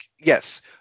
yes